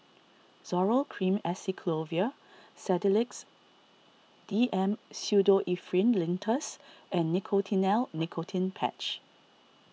Zoral Cream Acyclovir Sedilix D M Pseudoephrine Linctus and Nicotinell Nicotine Patch